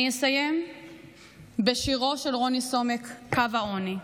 אני אסיים בשירו של רוני סומק "קו העוני":